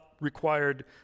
required